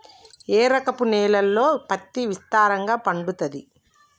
ఏ రకపు నేలల్లో పత్తి విస్తారంగా పండుతది?